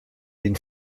den